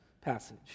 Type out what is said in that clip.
passage